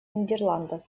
нидерландов